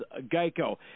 Geico